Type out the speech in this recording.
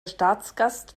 staatsgast